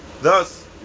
Thus